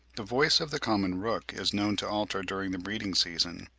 the voice of the common rook is known to alter during the breeding-season,